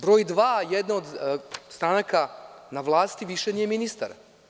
Broj dva jedne od stranaka na vlasti više nije ministar.